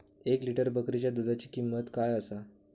एक लिटर बकरीच्या दुधाची किंमत काय आसा?